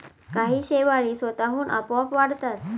काही शेवाळी स्वतःहून आपोआप वाढतात